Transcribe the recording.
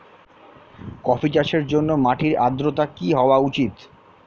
Coffee চাষের জন্য মাটির আর্দ্রতা কি হওয়া উচিৎ?